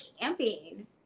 camping